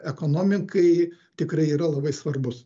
ekonomikai tikrai yra labai svarbus